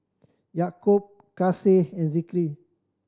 Yaakob Kasih and Zikri